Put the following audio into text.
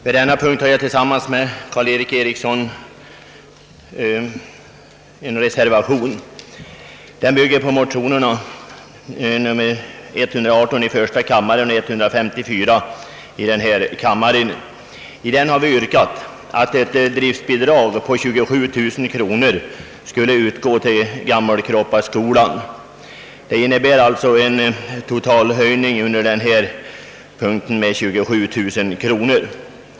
Herr talman! Tillsammans med herr Karl-Erik Eriksson har jag vid denna punkt fogat en reservation till utskottets utlåtande. Den bygger på motionerna I: 118 och II: 154. I dessa motioner har vi yrkat på ett driftbidrag på 27000 kronor till Gammelkroppa skogsskola. Ett bifall till motionerna skulle innebära en höjning av anslaget under denna punkt med 27000 kronor.